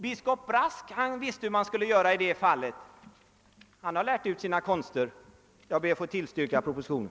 Biskop Brask visste hur man skulle göra i det fallet. Han har lärt ut sina konster. Jag ber att få tillstyrka propositionen.